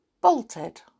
bolted